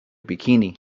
bikini